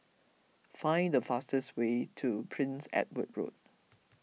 find the fastest way to Prince Edward Road